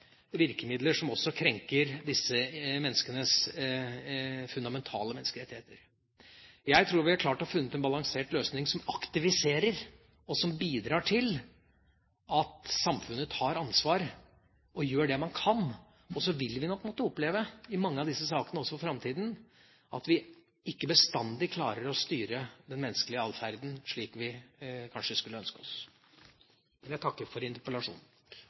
virkemidler som også krenker disse personenes fundamentale menneskerettigheter. Jeg tror vi har klart å finne en balansert løsning som aktiviserer, og som bidrar til at samfunnet tar ansvar og gjør det man kan. Og så vil vi nok måtte oppleve i mange av disse sakene – også i framtida – at vi ikke bestandig klarer å styre den menneskelige atferden, slik vi kanskje skulle ønske oss. Jeg takker for interpellasjonen.